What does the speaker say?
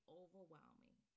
overwhelming